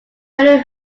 many